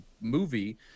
movie